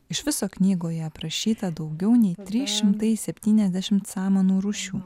iš viso knygoje aprašyta daugiau nei tris šimtai septyniasdešimt samanų rūšių